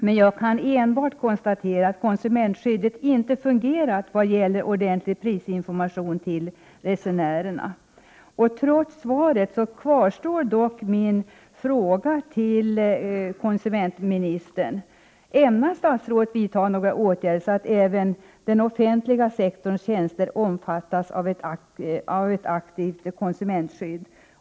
Men jag kan enbart konstatera att konsumentskyddet inte har fungerat vad gäller ordentlig prisinformation till resenärerna. Trots svaret kvarstår min fråga till konsumentministern: Ämnar statsrådet vidta några åtgärder så att även den offentliga sektorns tjänster omfattas av ett aktivt konsumentskydd?